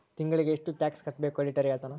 ತಿಂಗಳಿಗೆ ಎಷ್ಟ್ ಟ್ಯಾಕ್ಸ್ ಕಟ್ಬೇಕು ಆಡಿಟರ್ ಹೇಳ್ತನ